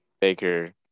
Baker